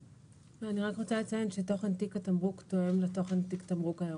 אני רק רוצה לציין שתוכן תיק התמרוק תואם לתוכן תיק תמרוק האירופאי.